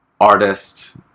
artist